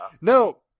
No